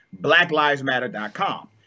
blacklivesmatter.com